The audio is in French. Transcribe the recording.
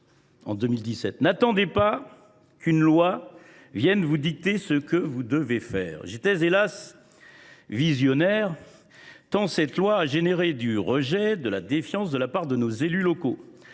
:« N’attendez pas qu’une loi vienne vous dicter ce que vous devez faire. » J’étais, hélas ! visionnaire, tant cette loi a suscité rejet et défiance de la part de nos élus locaux.